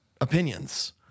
opinions